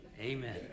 Amen